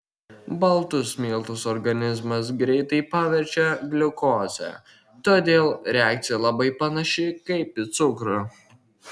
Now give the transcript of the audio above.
baltus miltus organizmas greitai paverčia gliukoze todėl reakcija labai panaši kaip į cukrų